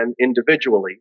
individually